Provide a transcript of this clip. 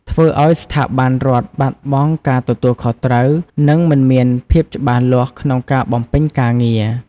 ធ្វើឱ្យស្ថាប័នរដ្ឋបាត់បង់ការទទួលខុសត្រូវ និងមិនមានភាពច្បាស់លាស់ក្នុងការបំពេញការងារ។